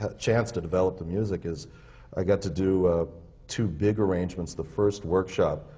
ah chance to develop the music is i got to do two big arrangements the first workshop,